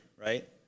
Right